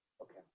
okay